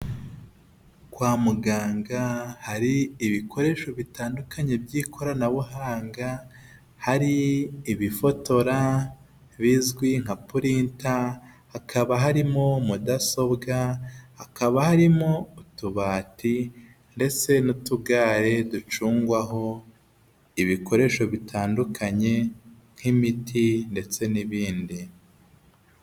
Kwa muganga hari ibikoresho bitandukanye by'ikoranabuhanga, hari ibifotora bizwi nka purinta, hakaba harimo mudasobwa, hakaba harimo utubati ndetse n'utugare ducungwaho ibikoresho bitandukanye nk'imiti ndetse n'ibindi.